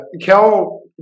Kel